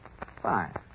Fine